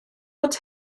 fod